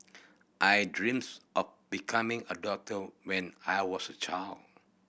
I dreams of becoming a doctor when I was a child